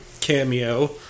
cameo